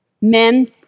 men